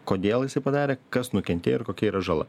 kodėl jisai padarė kas nukentėjo ir kokia yra žala